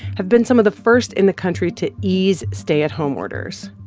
have been some of the first in the country to ease stay-at-home orders.